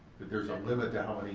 that there's a limit to